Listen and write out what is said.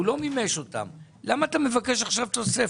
הוא לא מימש אותם, למה אתה מבקש עכשיו תוספת?